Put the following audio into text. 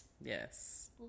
Yes